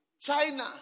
China